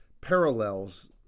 parallels